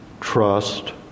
trust